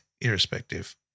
irrespective